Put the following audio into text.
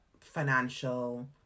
financial